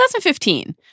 2015